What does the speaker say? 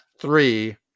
three